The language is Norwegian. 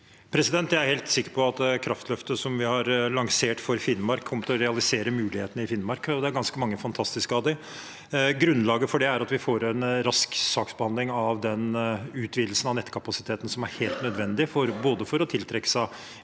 Jeg er helt sikker på at kraftløftet som vi har lansert for Finnmark, kommer til å realisere mulighetene i Finnmark, og det er ganske mange fantastiske av dem. Grunnlaget for det er at vi får en rask saksbehandling av den utvidelsen av nettkapasiteten som er helt nødvendig både for å tiltrekke seg